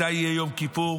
מתי יהיה יום כיפור,